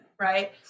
right